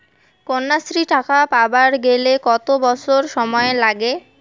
কন্যাশ্রী টাকা পাবার গেলে কতো বছর বয়স লাগে?